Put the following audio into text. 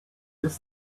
this